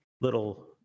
little